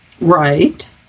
Right